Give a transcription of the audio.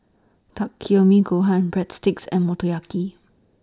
Takikomi Gohan Breadsticks and Motoyaki